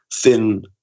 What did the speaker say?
thin